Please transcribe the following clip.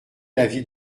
l’avis